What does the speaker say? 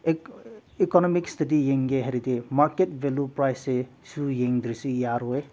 economic ꯏꯁꯇꯗꯤ ꯌꯦꯡꯒꯦ ꯍꯥꯏꯔꯗꯤ ꯃꯥꯔꯀꯦꯠ ꯚꯦꯂ꯭ꯌꯨ ꯄ꯭ꯔꯥꯏꯖꯁꯦꯁꯨ ꯌꯦꯡꯗ꯭ꯔꯁꯨ ꯌꯥꯔꯣꯏ